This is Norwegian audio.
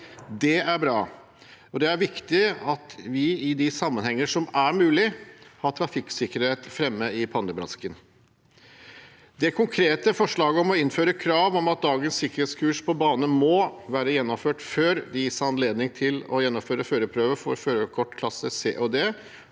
Det er bra, for det er viktig at vi i de sammenhenger som er mulig, har trafikksikkerhet framme i pannebrasken. Det konkrete forslaget om å innføre krav om at dagens sikkerhetskurs på bane må være gjennomført før det gis anledning til å gjennomføre førerprøve for førerkortklasse C og D,